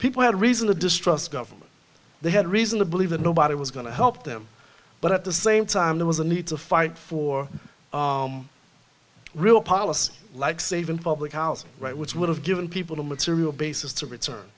people had reason to distrust government they had reason to believe that nobody was going to help them but at the same time there was a need to fight for real policy like saving public housing right which would have given people a material basis to return